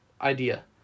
idea